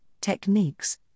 techniques